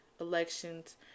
elections